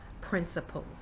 principles